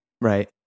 Right